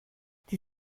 die